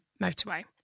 motorway